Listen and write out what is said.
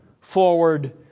forward